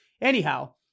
Anyhow